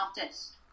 artist